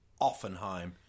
Offenheim